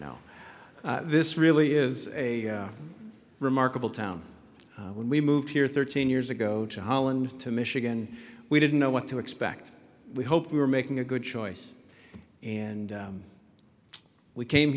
now this really is a remarkable town when we moved here thirteen years ago to holland to michigan we didn't know what to expect we hope we were making a good choice and we came